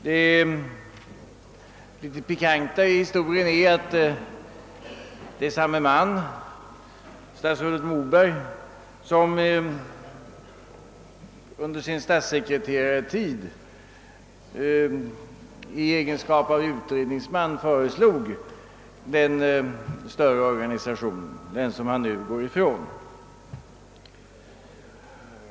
Det intressanta i historien är att det är samme man, statsrådet Moberg, som under sin statssekreterartid i egenskap av utredningsman föreslog den större organisationen, den som han nu går ifrån.